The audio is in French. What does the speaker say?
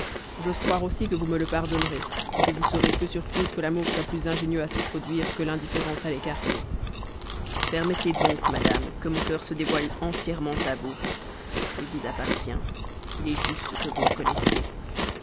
j'ose croire aussi que vous me le pardonnerez que vous serez peu surprise que l'amour soit plus ingénieux à se produire que l'indifférence à l'écarter permettez donc madame que mon cœur se dévoile entièrement à vous il vous appartient il est juste que vous le connaissiez